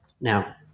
Now